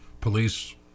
police